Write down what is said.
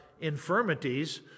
infirmities